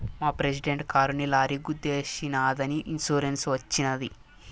మా ప్రెసిడెంట్ కారుని లారీ గుద్దేశినాదని ఇన్సూరెన్స్ వచ్చినది